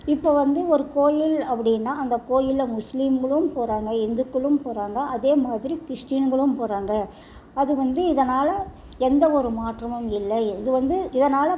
இப்போ வந்து ஒரு கோயில் அப்படின்னா அந்த கோயில்ல முஸ்லீம்களும் போகிறாங்க இந்துக்களும் போகிறாங்க அதேமாதிரி கிறிஸ்டின்களும் போகிறாங்க அது வந்து இதனால் எந்த ஒரு மாற்றமும் இல்லை இது வந்து இதனால்